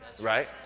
Right